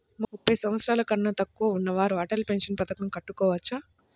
ముప్పై సంవత్సరాలకన్నా తక్కువ ఉన్నవారు అటల్ పెన్షన్ పథకం కట్టుకోవచ్చా?